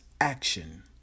action